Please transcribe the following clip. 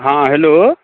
हँ हेलो